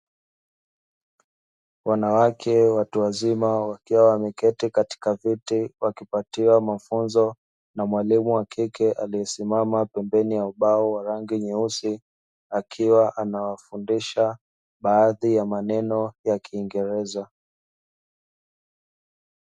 Wanawake watu wazima wakiwa wameketi katika viti, wakipatiwa mafunzo na mwalimu wakike aliyesimama pembeni ya ubao wa rangi nyeusi; akiwa anawafundisha baadhi ya maneno ya kiingereza.